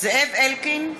זאב אלקין,